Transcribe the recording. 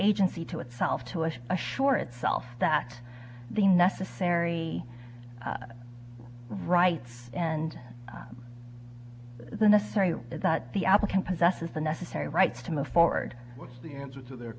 agency to itself to rest assure itself that the necessary rights and the necessary that the applicant possesses the necessary rights to move forward what's the answer to their